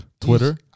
Twitter